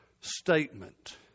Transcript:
statement